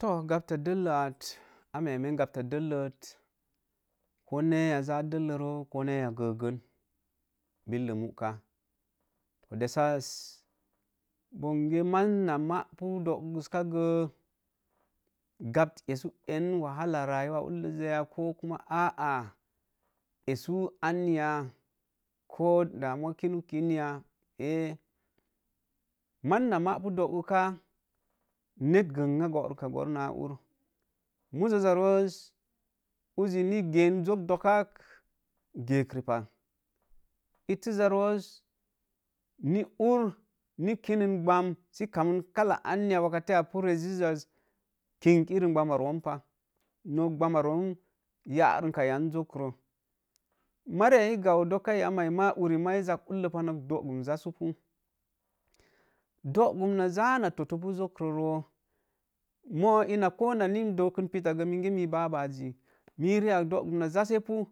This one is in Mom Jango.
To, gabta dəllə at, a memen gatba dəllək, ko neya ja dellə roo, ko neya gəgən. Billə muka dessas bonge maaz na maapu doguska gəə, gabs essu en wahala rayuwa ullə sə yaa ko kuma aa essu anya, ko damawa kinu kin ya? A maaza ma pu doo gus ka, net gbəngə borumba boon naa ur muzos ja roos uki ni ge zok dokak ge ripa, ittisja roos ni ur ni kinin gbam sə kammin kalla anya waka te a pu lezzə az, kin irin gbanma room pah, nokgbamina room yarəmba yan zokro, mariya gau doka yam ma uri ii zak uhə pah nok daogun jasupu. doogum naja na totto pu zokro roo, moo ina ko na nin dokə pitat gə, me babaji, mii viiak dogum na zazse pu